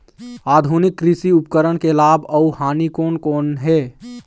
आधुनिक कृषि उपकरण के लाभ अऊ हानि कोन कोन हे?